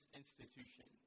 institution